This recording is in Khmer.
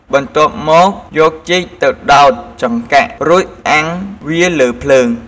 បន្ទាប់មកយកចេកទៅដោតចង្កាក់ រួចអាំងវាលើភ្លើង។